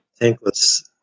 tankless